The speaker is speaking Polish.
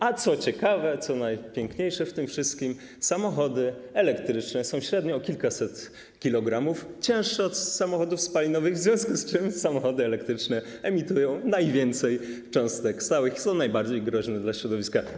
A co ciekawe, co najpiękniejsze w tym wszystkim, samochody elektryczne są średnio o kilkaset kilogramów cięższe od samochodów spalinowych, w związku z czym samochody elektryczne emitują najwięcej cząstek stałych i są najbardziej groźne dla środowiska.